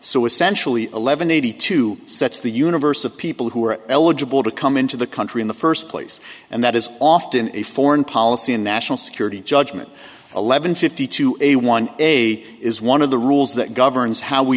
so essentially eleven eighty two sets the universe of people who are eligible to come into the country in the first place and that is often a foreign policy and national security judgment eleven fifty two a one a is one of the rules that governs how we